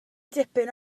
dipyn